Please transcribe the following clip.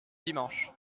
dimanche